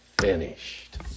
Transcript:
finished